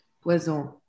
Poison